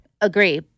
Agree